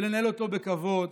ולנהל אותו בכבוד